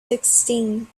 sixteen